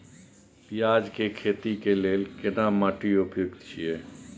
पियाज के खेती के लेल केना माटी उपयुक्त छियै?